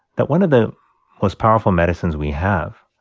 that one of the most powerful medicines we have